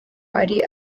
ari